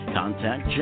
contact